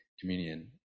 communion